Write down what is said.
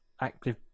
Active